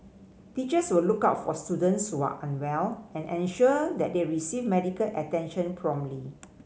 teachers will look out for students are unwell and ensure that they receive medical attention promptly